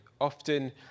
often